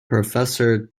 professor